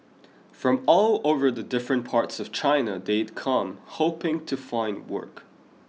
from all over the different parts of China they'd come hoping to find work